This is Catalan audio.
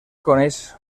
coneix